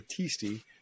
Battisti